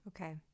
okay